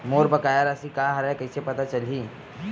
मोर बकाया राशि का हरय कइसे पता चलहि?